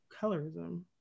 colorism